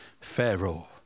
Pharaoh